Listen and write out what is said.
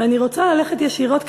ואני רוצה ללכת ישירות,